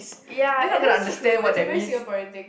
ya it is true it's a very Singaporean thing